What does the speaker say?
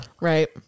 Right